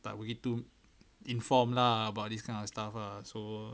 tak begitu informed lah about this kind of stuff ah so